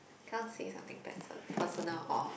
cannot say something perso~ personal or